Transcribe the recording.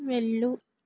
వెళ్ళు